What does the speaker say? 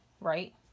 right